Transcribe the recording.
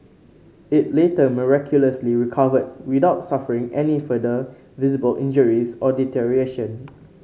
it later miraculously recovered without suffering any further visible injuries or deterioration